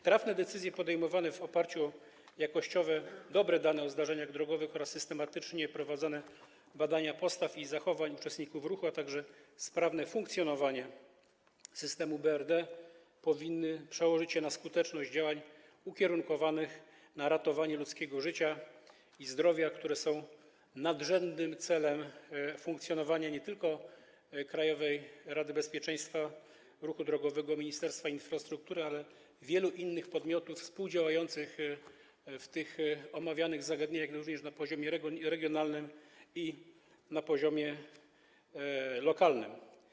Trafne decyzje, które są podejmowane na podstawie jakościowych, dobrych danych o zdarzeniach drogowych, systematycznie prowadzone badania postaw i zachowań uczestników ruchu, a także sprawne funkcjonowanie systemu BRD powinny przełożyć się na skuteczność działań ukierunkowanych na ratowanie ludzkiego życia i zdrowia, które są nadrzędnym celem funkcjonowania nie tylko Krajowej Rady Bezpieczeństwa Ruchu Drogowego i Ministerstwa Infrastruktury, ale też wielu innych podmiotów współdziałających w przypadku omawianych zagadnień również na poziomie regionalnym, na poziomie lokalnym.